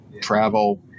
travel